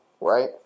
right